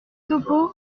topeau